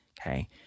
okay